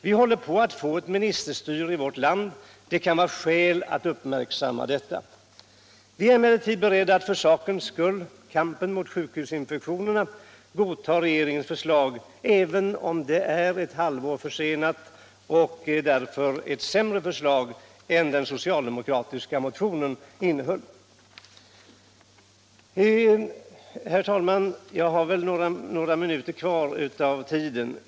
Vi håller på att få ett ministerstyre i vårt land — det kan vara skäl att uppmärksamma det. Vi är emellertid beredda att för sakens skull — kampen mot sjukhusinfektionerna — godta regeringens förslag även om det är ett halvår försenat och därför sämre än den socialdemokratiska motionens förslag. Herr talman! Jag kan väl disponera några minuter ytterligare.